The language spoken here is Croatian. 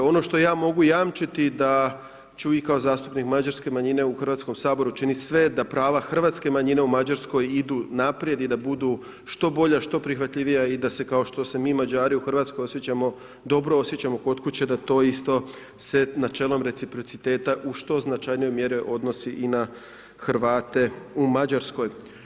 Ono što ja mogu jamčiti da ću i kao zastupnik mađarske manjine u Hrvatskom saboru čini sve, da prava hrvatske manjine u Mađarskoj idu naprijed i da budu što bolja, što prihvatljivija i da se kao što se mi Mađari u Hrvatskoj osjećamo dobro, osjećamo kod kuće, da to isto načelo reciprociteta u što značajnijoj mjeri odnosi na Hrvate u Mađarskoj.